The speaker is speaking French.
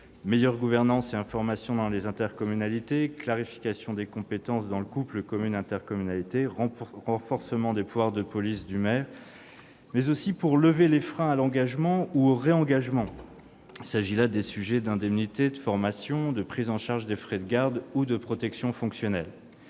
meilleure gouvernance et information dans les intercommunalités, clarification des compétences dans le couple communes-intercommunalité, renforcement des pouvoirs de police du maire. Il comporte également des mesures pour lever les freins à l'engagement ou au réengagement : il s'agit des sujets d'indemnités, de formation, de prise en charge des frais de garde ou de protection fonctionnelle.